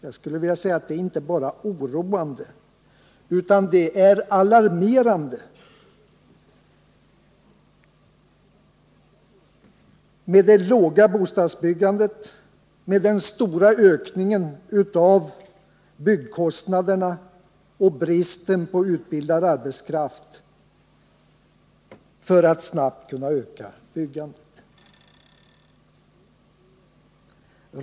Jag skulle vilja säga att det inte bara är oroande utan alarmerande med det låga bostadsbyggandet, med den stora ökningen av byggkostnaderna och bristen på utbildad arbetskraft för att snabbt kunna öka byggandet.